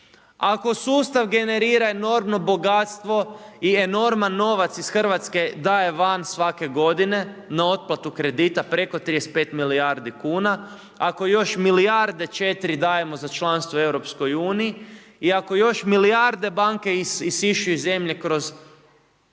Ako su sustav generira enormno bogatstvo i enorman novac iz Hrvatske daje van svake godine na otplatu kredita preko 35 milijardi kuna, ako još milijarde 4 dajemo za članstvo u EU i ako još milijarde banke isišu iz zemlje kroz